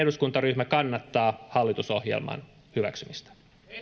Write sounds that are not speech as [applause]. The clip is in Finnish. [unintelligible] eduskuntaryhmä kannattaa hallitusohjelman hyväksymistä